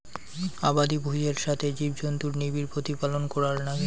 আবাদি ভুঁইয়ের সথে জীবজন্তুুর নিবিড় প্রতিপালন করার নাগে